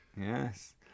Yes